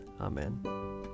Amen